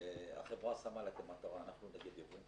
החברה שמה לה כמטרה, אנחנו נגד ייבוא.